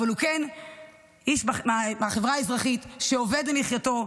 אבל הוא כן איש מהחברה האזרחית שעובד למחייתו,